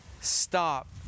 stop